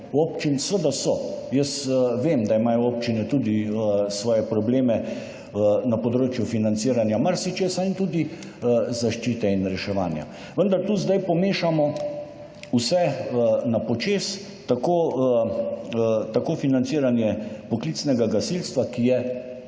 (nadaljevanje) Jaz vem, da imajo občine tudi svoje probleme na področju financiranja, marsičesa in tudi zaščite in reševanja. Vendar tu zdaj pomešamo vse na počez, tako financiranje poklicnega gasilstva, ki je